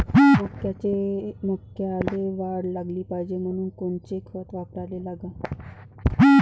मक्याले वाढ झाली पाहिजे म्हनून कोनचे खतं वापराले लागन?